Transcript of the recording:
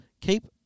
Keep